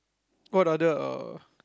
what other uh